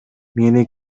мени